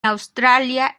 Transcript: australia